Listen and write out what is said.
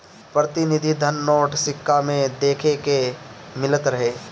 प्रतिनिधि धन नोट, सिक्का में देखे के मिलत रहे